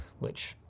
which